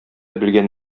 белгән